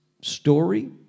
story